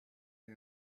and